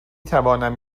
توانم